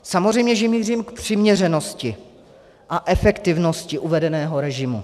Samozřejmě že mířím k přiměřenosti a efektivnosti uvedeného režimu.